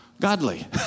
godly